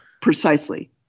Precisely